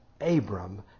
Abram